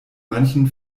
manchen